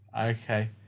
Okay